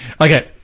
Okay